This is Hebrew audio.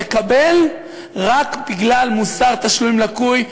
לקבל רק בגלל מוסר תשלומים לקוי.